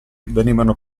venivano